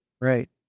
Right